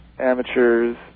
amateurs